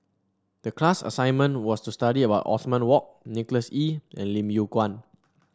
the class assignment was to study about Othman Wok Nicholas Ee and Lim Yew Kuan